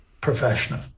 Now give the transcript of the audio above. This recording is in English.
professional